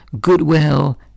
goodwill